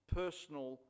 personal